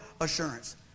Assurance